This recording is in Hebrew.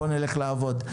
בואו נלך לעבוד.